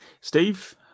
Steve